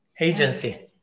agency